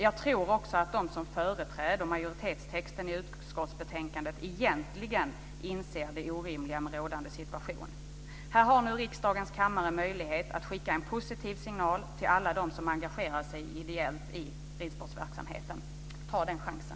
Jag tror också att de som företräder majoritetstexten i utskottsbetänkandet egentligen inser det orimliga med rådande situation. Här har nu riksdagens kammare möjlighet att skicka en positiv signal till alla dem som engagerar sig ideellt i ridsportverksamheten. Ta den chansen!